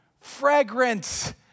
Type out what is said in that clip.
Fragrance